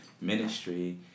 ministry